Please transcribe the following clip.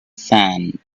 sand